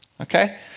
Okay